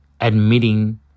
admitting